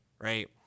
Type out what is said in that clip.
right